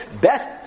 best